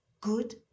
Good